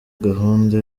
gahunda